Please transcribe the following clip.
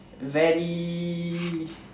very